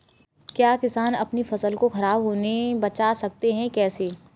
क्या किसान अपनी फसल को खराब होने बचा सकते हैं कैसे?